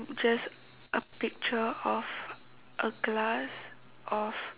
just a picture of a glass of